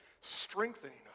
strengthening